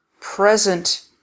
present